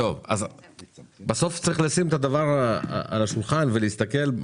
בסוף זה לא קורה,